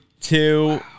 two